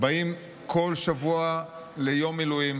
באים כל שבוע ליום מילואים,